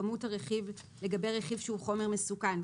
כמות הרכיב לגבי רכיב שהוא חומר מסוכן,